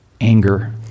anger